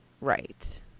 Right